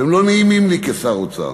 והם לא נעימים לי כשר אוצר,